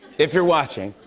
if you're watching.